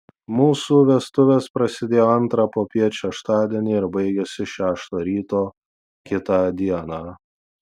mūsų vestuvės prasidėjo antrą popiet šeštadienį ir baigėsi šeštą ryto kitą dieną